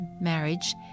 marriage